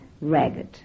ragged